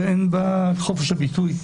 שאין בה חופש הביטוי.